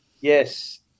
yes